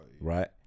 Right